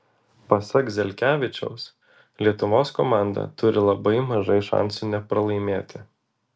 pasak zelkevičiaus lietuvos komanda turi labai mažai šansų nepralaimėti